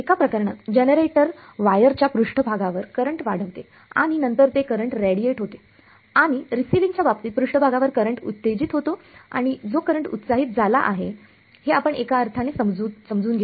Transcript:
एका प्रकरणात जनरेटर वायरच्या पृष्ठभागावर करंट वाढविते आणि नंतर ते करंट रेडिएट होते आणि रिसीव्हिंगच्या बाबतीत पृष्ठभागावर करंट उत्तेजित होतो आणि जो करंट उत्साहित झाला आहे हे आपण एका अर्थाने समजून घेतोय